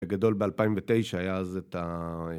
הגדול ב-2009, היה אז את ה...